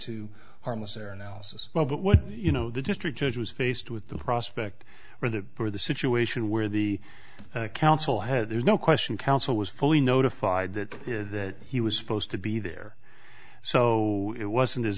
to harmless error analysis well but what you know the district judge was faced with the prospect for the for the situation where the counsel had there's no question counsel was fully notified that that he was supposed to be there so it wasn't as